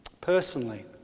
Personally